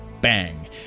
bang